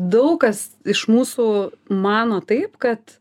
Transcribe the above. daug kas iš mūsų mano taip kad